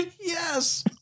Yes